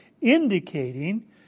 indicating